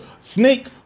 Snake